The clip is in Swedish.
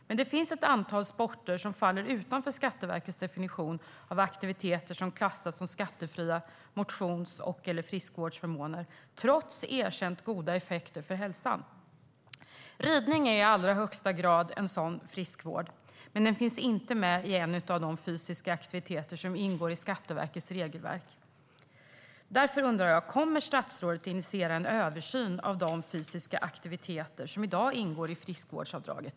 Det finns dock ett antal sporter som faller utanför Skatteverkets definition av aktiviteter som klassas som skattefria motions och eller friskvårdsförmåner, trots erkänt goda effekter för hälsan. Ridning är i allra högsta grad sådan friskvård. Men det ingår inte i de fysiska aktiviteterna i Skatteverkets regelverk. Kommer statsrådet att initiera en översyn av de fysiska aktiviteter som i dag ingår i friskvårdsavdraget?